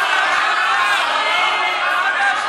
ההצעה להעביר את הצעת חוק למניעת מפגעים (תיקון,